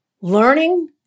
Learning